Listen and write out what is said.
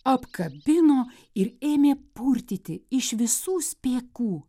apkabino ir ėmė purtyti iš visų spėkų